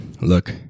Look